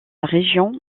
région